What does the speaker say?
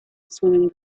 swimming